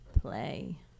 play